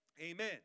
Amen